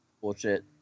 Bullshit